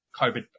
COVID